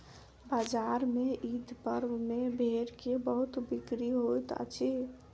बजार में ईद पर्व में भेड़ के बहुत बिक्री होइत अछि